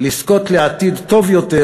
לזכות בעתיד טוב יותר,